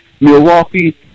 Milwaukee